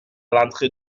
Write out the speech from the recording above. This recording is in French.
l’entrée